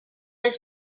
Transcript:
anys